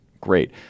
great